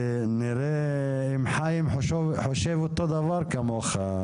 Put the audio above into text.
נראה אם חיים חושב אותו דבר כמוך.